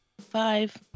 Five